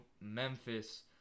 Memphis